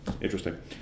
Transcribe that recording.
interesting